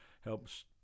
helps